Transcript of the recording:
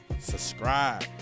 Subscribe